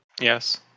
Yes